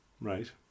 Right